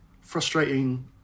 frustrating